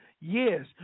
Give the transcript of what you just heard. Yes